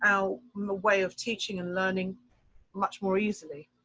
our way of teaching and learning much more easily.